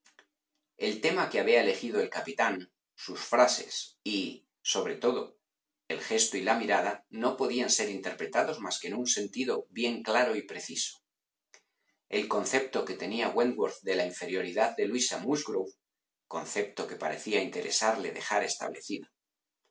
el tema que había elegido el capitán sus frases y sobre todo el gesto y la mirada no podían ser interpretados más que en un sentido bien claro y preciso el concepto que tenía wentworth de la inferioridad de luisa musgrove concepto que parecía interesarle dejar establecido